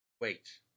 wait